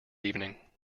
evening